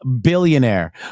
billionaire